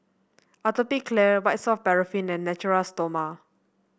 Atopiclair White Soft Paraffin and Natura Stoma